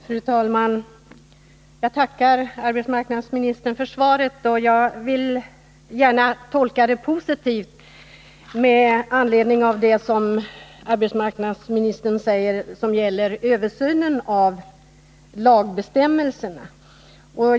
Fru talman! Jag tackar arbetsmarknadsministern för svaret. Jag vill gärna tolka det positivt med anledning av det som arbetsmarknadsministern säger om översynen av lagbestämmelserna.